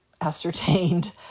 ascertained